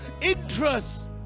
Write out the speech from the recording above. interest